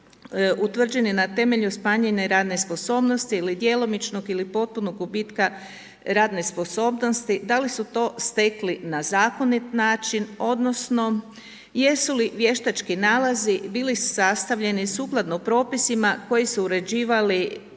se ne razumije./… i radne sposobnosti ili djelomičnog ili potpunog gubitka radne sposobnosti. Da li su to stekli na zakonit način, odnosno, jesu li vještački nalazi, bili sastavljeni sukladno propisima koji su uređivali